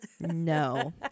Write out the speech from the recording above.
No